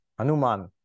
Anuman